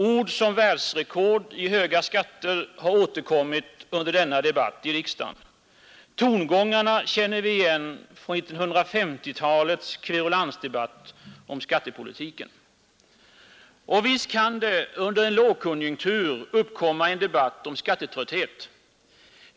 Ord som världsrekord i höga skatter har återkommit under denna debatt i riksdagen. Tongångarna känner vi igen från 1950-talets kverulansdebatt om skattepolitiken. Visst kan det under en lågkonjunktur uppkomma en debatt om skattetrötthet.